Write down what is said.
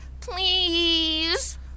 Please